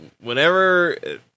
whenever